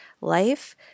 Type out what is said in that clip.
life